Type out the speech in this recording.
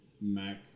Mac